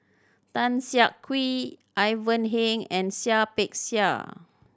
Tan Siak Kew Ivan Heng and Seah Peck Seah